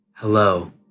Hello